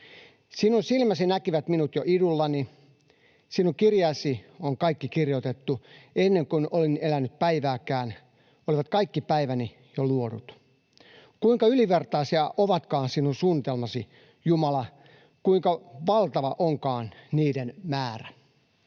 Sinun silmäsi näkivät minut jo idullani, sinun kirjaasi on kaikki kirjoitettu. Ennen kuin olin elänyt päivääkään, olivat kaikki päiväni jo luodut. Kuinka ylivertaisia ovatkaan sinun suunnitelmasi, Jumala, kuinka valtava onkaan niiden määrä!”